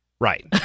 right